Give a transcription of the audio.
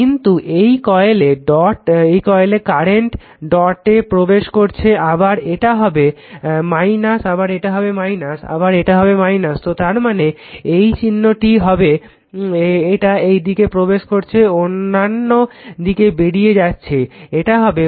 কিন্তু এই কয়েলে কারেন্ট ডটে প্রবেশ করছে আবার এটা হবে আবার এটা হবে আবার এটা হবে - তো তার মানে এই চিহ্নটি হবে এটা একদিকে প্রবেশ করছে অনন্য দিকে বেরিয়ে যাচ্ছে এটা হবে